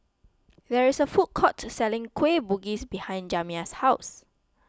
there is a food court selling Kueh Bugis behind Jamya's house